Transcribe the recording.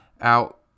out